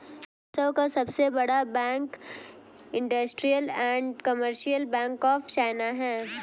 विश्व का सबसे बड़ा bank industrial and commercial bank of China है